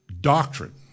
doctrine